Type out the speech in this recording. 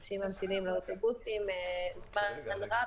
אנשים ממתינים לאוטובוסים זמן רב,